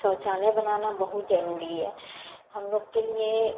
शौचालय बनाना बहुत जरूरी है हमलोग केलिए